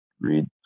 Read